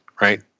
right